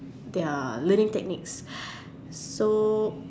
their learning techniques so